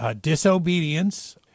disobedience